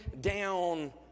down